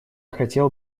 хотел